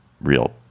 real